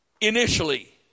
initially